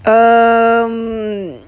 um